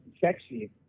sexy